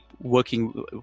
working